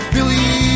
Billy